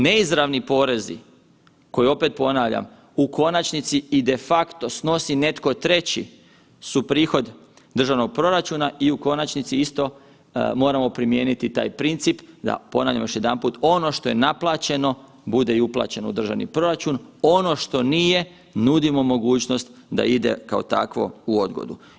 Neizravni porezi, koje opet ponavljam u konačnici i de facto snosi netko treći su prihod državnog proračuna i u konačnici isto moramo primijeniti taj princip da, ponavljam još jedanput, ono što je naplaćeno bude i uplaćeno u državni proračun, ono što nije nudimo mogućnost da ide kao takvo u odgodu.